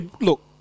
Look